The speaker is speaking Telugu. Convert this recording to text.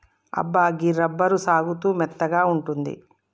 అబ్బా గీ రబ్బరు సాగుతూ మెత్తగా ఉంటుంది